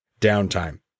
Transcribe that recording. downtime